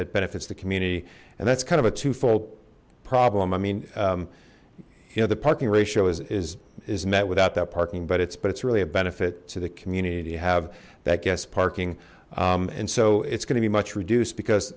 that benefits the community and that's kind of a two fold problem i mean you know the parking ratio is is is met without that parking but it's but it's really a benefit to the community have that guest parking and so it's going to be much reduced because